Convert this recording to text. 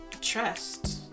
trust